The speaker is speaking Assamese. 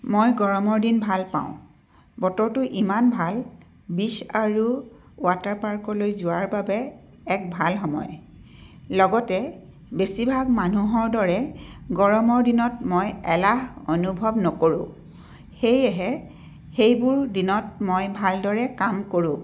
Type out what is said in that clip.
মই গৰমৰ দিন ভাল পাওঁ বতৰটো ইমান ভাল বীচ্চ আৰু ৱাটাৰপাৰ্কলৈ যোৱাৰ বাবে এক ভাল সময় লগতে বেছিভাগ মানুহৰ দৰে গৰমৰ দিনত মই এলাহ অনুভৱ নকৰোঁ সেয়েহে সেইবোৰ দিনত মই ভালদৰে কাম কৰোঁ